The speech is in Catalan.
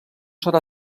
serà